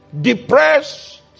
depressed